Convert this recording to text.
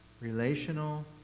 relational